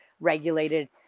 regulated